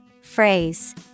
Phrase